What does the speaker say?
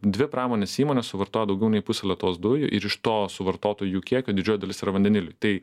dvi pramonės įmonės suvartoja daugiau nei pusė lietuvos dujų ir iš to suvartoto jų kiekio didžioji dalis yra vandeniliui tai